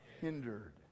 hindered